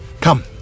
Come